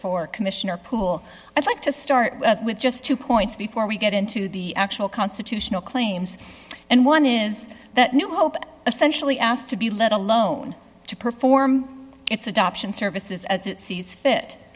for commissioner poole i'd like to start with just two points before we get into the actual constitutional claims and one is that new hope essentially asked to be let alone to perform its adoption services as it sees fit